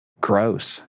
Gross